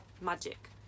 magic